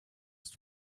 ist